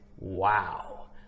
Wow